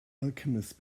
alchemists